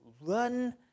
Run